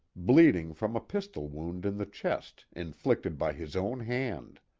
bleeding from a pistol wound in the chest, inflicted by his own hand.